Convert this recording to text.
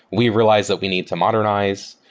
we realized that we need to modernize.